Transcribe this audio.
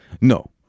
No